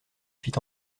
fit